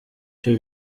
cyo